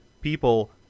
people